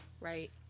right